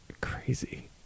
Crazy